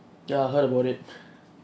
ya heard about it